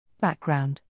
Background